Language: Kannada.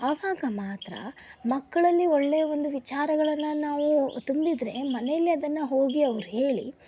ಅವಾಗ ಮಾತ್ರ ಮಕ್ಕಳಲ್ಲಿ ಒಳ್ಳೆಯ ಒಂದು ವಿಚಾರಗಳನ್ನು ನಾವು ತುಂಬಿದರೆ ಮನೇಲಿ ಅದನ್ನು ಹೋಗಿ ಅವರು ಹೇಳಿ